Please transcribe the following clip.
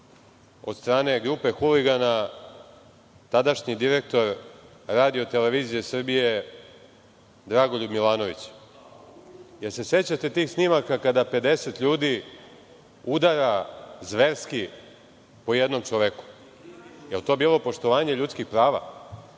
od strane grupe huligana tadašnji direktor RTS Dragoljub Milanović? Da li se sećate tih snimaka kada 50 ljudi udara zverski po jednom čoveku? Da li je to bilo poštovanje ljudskih prava?